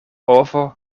ovo